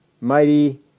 mighty